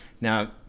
Now